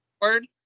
word